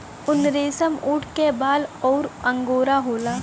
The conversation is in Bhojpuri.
उनरेसमऊट क बाल अउर अंगोरा होला